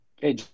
Hey